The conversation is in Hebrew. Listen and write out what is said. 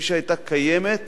כפי שהיתה קיימת